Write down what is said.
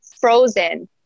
frozen